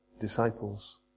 disciples